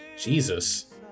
Jesus